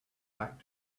back